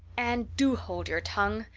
anne, do hold your tongue,